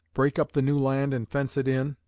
break up the new land and fence it in,